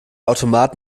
automat